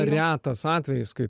retas atvejis kai